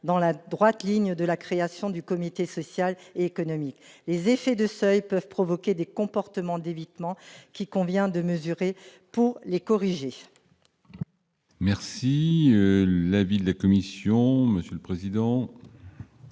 dans le droit fil de la création du comité social et économique. Les effets de seuil peuvent provoquer des comportements d'évitement qu'il convient de mesurer pour mieux les corriger. Quel est l'avis de la commission ? Il s'agit